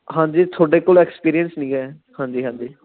ਹਾਂਜੀ ਤੁਹਾਡੇ ਕੋਲ ਐਕਸਪੀਰੀਅੰਸ ਨਹੀਂ ਹੈ ਹਾਂਜੀ ਹਾਂਜੀ